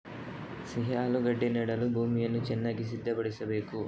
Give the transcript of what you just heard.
ಸಿಹಿ ಆಲೂಗೆಡ್ಡೆ ನೆಡಲು ಭೂಮಿಯನ್ನು ಚೆನ್ನಾಗಿ ಸಿದ್ಧಪಡಿಸಬೇಕು